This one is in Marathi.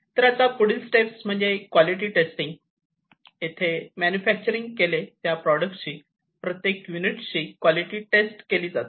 तर आता पुढील स्टेप म्हणजे क्वॉलिटी टेस्टिंग येथे मॅन्युफॅक्चर केले ल्या प्रॉडक्टची प्रत्येक युनिट ची क्वॉलिटी टेस्ट केली जाते